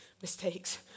mistakes